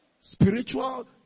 spiritual